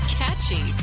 catchy